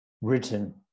written